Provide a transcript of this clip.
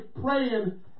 praying